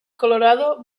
colorado